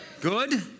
Good